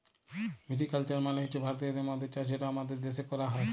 ভিটি culture মালে হছে ভারতীয় মদের চাষ যেটা আমাদের দ্যাশে ক্যরা হ্যয়